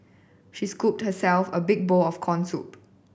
she scooped herself a big bowl of corn soup